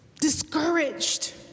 discouraged